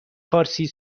فارسی